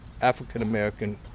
African-American